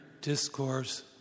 discourse